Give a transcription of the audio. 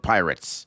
Pirates